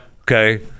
Okay